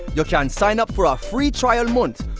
you can sign up for a free trial month.